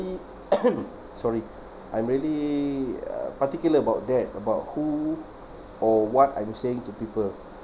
sorry I'm really uh particular about that about who or what I'm saying to people